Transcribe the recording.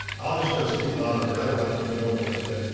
i was just gonna speak louder cuz i don't like to bend over like that.